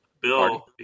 bill